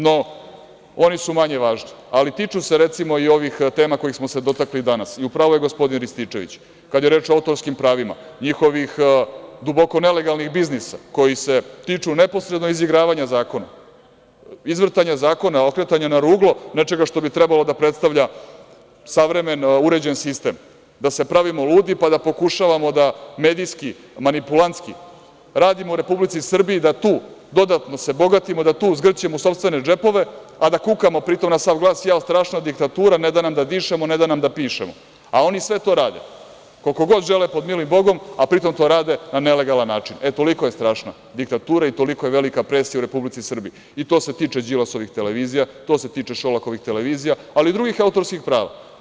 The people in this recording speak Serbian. No, oni su manje važni ali tiču se recimo i ovih tema kojih smo se dotakli danas i u pravu je gospodin Rističević kada je reč o autorskim pravima, njihovih duboko nelegalnih biznisa koji se tiču neposredno izigravanja zakona, izvrtanja zakona, okretanja na ruglo nečega što bi trebalo da predstavlja savremeno uređen sistem, da se pravimo ludi pa da pokušavamo da medijski, manipulantski radimo u Republici Srbiji, da dodatno se bogatimo, da tu zgrćemo u sopstvene džepove, a da kukamo pri tome na sav glas, jao strašna diktatura, ne da nam da dišemo, ne da nam da pišemo, a oni sve to rade koliko god žele pod milim Bogom, a pri tom to rade na nelegalan način, e toliko je strašna diktatura i toliko je velika presija u Republici Srbiji i to se tiče Đilasovih televizija, to se tiče Šolakovih televizija, ali i drugih autorskih prava.